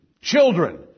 Children